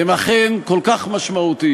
הם אכן כל כך משמעותיים,